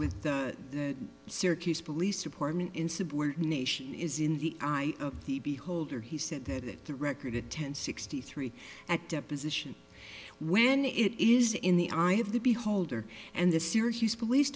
with the syracuse police department insubordination is in the eye of the beholder he said that the record it ten sixty three at deposition when it is in the eye of the beholder and the syracuse police